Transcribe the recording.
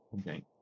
okay